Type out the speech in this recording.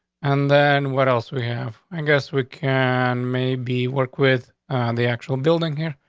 and then what else we have? i guess we can maybe work with the actual building here,